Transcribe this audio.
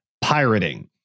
pirating